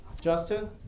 Justin